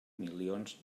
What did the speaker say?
milions